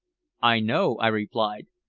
i know, i replied.